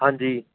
ਹਾਂਜੀ